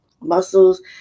muscles